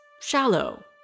shallow